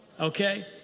Okay